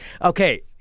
Okay